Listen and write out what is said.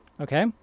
okay